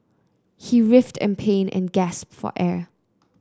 he writhed in pain and gasped for air